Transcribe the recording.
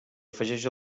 afegeix